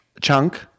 Chunk